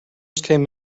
came